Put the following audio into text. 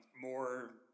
more